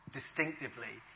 distinctively